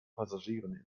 passagieren